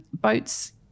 Boats